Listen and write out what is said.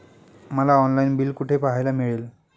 मला online bill कुठे पाहायला मिळेल?